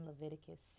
Leviticus